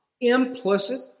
implicit